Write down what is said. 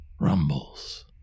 rumbles